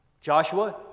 joshua